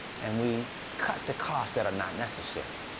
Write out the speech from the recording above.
and we cut the costs that are not necessary.